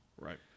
right